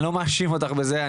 אני לא מאשים אותך בזה.